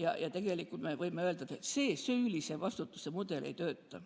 Ja tegelikult me võime öelda, et see süülise vastutuse mudel ei tööta.